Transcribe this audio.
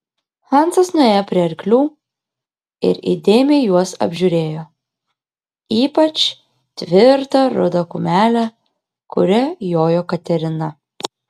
hansas nuėjo prie arklių ir įdėmiai juos apžiūrėjo ypač tvirtą rudą kumelę kuria jojo katerina